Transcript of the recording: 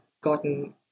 gotten